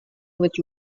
with